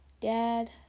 Dad